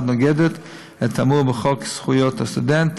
נוגדת את האמור בחוק זכויות הסטודנט.